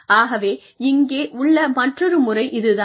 ஆகவே இங்கே உள்ள மற்றொரு முறை இது தான்